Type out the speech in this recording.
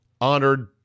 honored